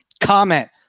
Comment